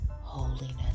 holiness